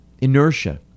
Inertia